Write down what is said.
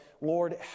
Lord